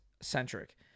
centric